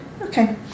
okay